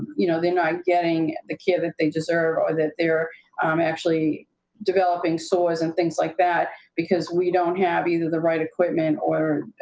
you know, they're not getting the care that they deserve or that they're um actually developing sores and things like that because we don't have either the right equipment or,